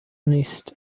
نیست